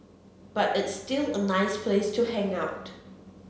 but it's still a nice place to hang out